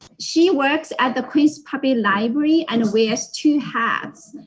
she works at the queens public library and wears two hats.